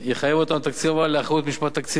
התקציב הבא יחייב אותנו לאחריות ומשמעת תקציבית,